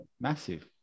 Massive